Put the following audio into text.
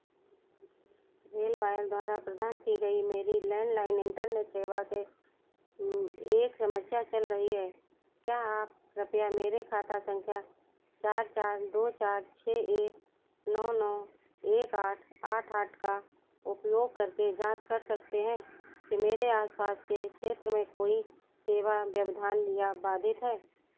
RailWire द्वारा प्रदान की गई मेरी लैण्डलाइन इंटरनेट सेवा के एक समस्या चल रही है क्या आप कृपया मेरे खाता संख्या चार चार दो चार छः एक नौ नौ एक आठ आठ आठ का उपयोग करके जाँच कर सकते हैं कि मेरे आस पास के क्षेत्र में कोई सेवा व्यवधान या बाधित है